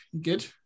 Good